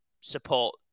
support